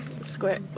Square